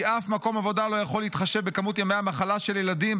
כי אף מקום עבודה לא יכול להתחשב בכמות ימי המחלה של ילדים,